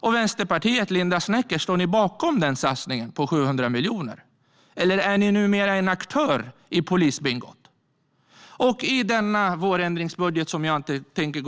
Och, Linda Snecker, står Vänsterpartiet bakom satsningen på 700 miljoner, eller är ni numera en aktör i polisbingot? Jag tänker inte gå in på vårändringsbudgeten så mycket mer.